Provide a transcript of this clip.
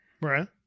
Right